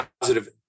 positive